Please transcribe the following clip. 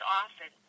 often